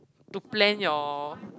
to plan your